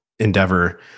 endeavor